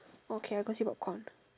okay I go see popcorn